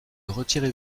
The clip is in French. retirez